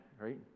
right